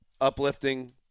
uplifting